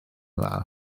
dda